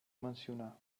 mencionar